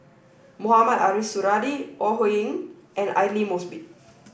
Mohamed Ariff Suradi Ore Huiying and Aidli Mosbit